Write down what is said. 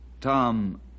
Tom